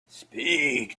speak